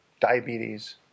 diabetes